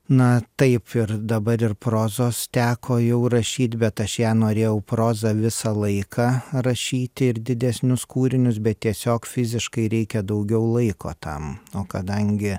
na taip ir dabar ir prozos teko jau rašyt bet aš ją norėjau prozą visą laiką rašyti ir didesnius kūrinius bet tiesiog fiziškai reikia daugiau laiko tam o kadangi